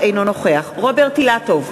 אינו נוכח רוברט אילטוב,